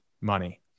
money